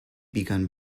begun